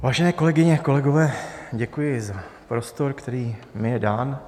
Vážené kolegyně a kolegové, děkuji za prostor, který mi je dán.